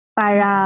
para